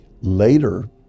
later